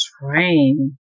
Train